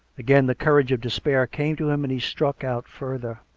again the courage of despair came to him, and he struck out further.